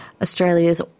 Australia's